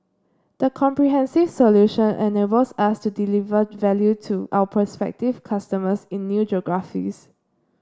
the comprehensive solution enables us to deliver value to our prospective customers in new geographies